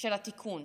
של התיקון.